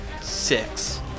Six